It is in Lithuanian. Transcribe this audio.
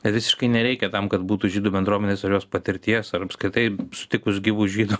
ir visiškai nereikia tam kad būtų žydų bendruomenės ir jos patirties ar apskritai sutikus gyvų žydų